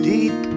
Deep